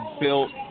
built